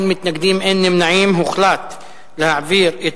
ההצעה להעביר את